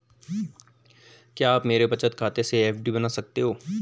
क्या आप मेरे बचत खाते से एफ.डी बना सकते हो?